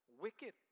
Wicked